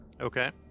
Okay